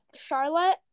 Charlotte